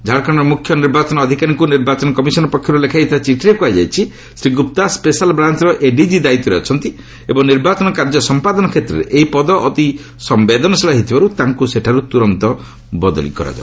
ଝାଡ଼ଖଣର ମୁଖ୍ୟ ନିର୍ବାଚନ ଅଧିକାରୀଙ୍କୁ ନିର୍ବାଚନ କମିଶନ୍ ପକ୍ଷରୁ ଲେଖାଯାଇଥିବା ଚିଠିରେ କୁହାଯାଇଛି ଶ୍ରୀ ଗୁପ୍ତା ସ୍କେଶାଲ୍ ବ୍ରାଞ୍ଚର ଏଡିଜି ଦାୟିତ୍ୱରେ ଅଛନ୍ତି ଏବଂ ନିର୍ବାଚନ କାର୍ଯ୍ୟ ସମ୍ପାଦନ କ୍ଷେତ୍ରରେ ଏହି ପଦ ଅତି ସମ୍ଭେଦନଶୀଳ ହୋଇଥିବାରୁ ତାଙ୍କୁ ସେଠାରୁ ତୁରନ୍ତ ବଦଳି କରାଯାଉ